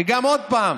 כי עוד פעם,